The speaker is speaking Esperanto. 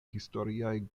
historiaj